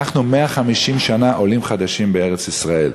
אנחנו 150 שנה עולים חדשים בארץ-ישראל.